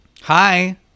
hi